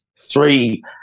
three